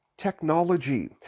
technology